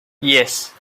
yes